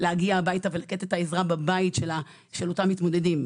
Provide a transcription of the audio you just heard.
להגיע הביתה ולתת את העזרה בבית של אותם מתמודדים.